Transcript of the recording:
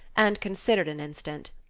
and considered an instant.